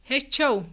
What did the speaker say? ہیٚچھَو